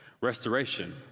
Restoration